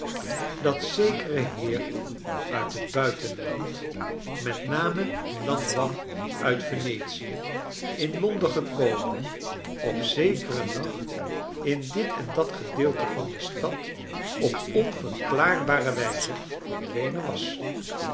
dat zekere heer uit net buitenland met name blandois uit venetie in londen gekomen op zekeren nacht in dit en dat gedeelte van de stad op onverklaarbare wijze verdwenen was